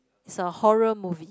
it's a horror movie